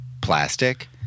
Plastic